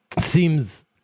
seems